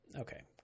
Okay